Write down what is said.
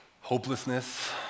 hopelessness